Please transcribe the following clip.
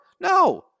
No